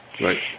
right